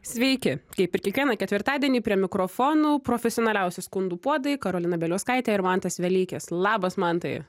sveiki kaip ir kiekvieną ketvirtadienį prie mikrofonų profesionaliausi skundų puodai karolina bieliauskaitė ir mantas velykis labas mantai